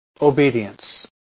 obedience